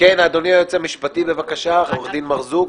אדוני היועץ המשפטי, בבקשה, עורך דין מרזוק.